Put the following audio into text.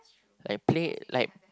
and play like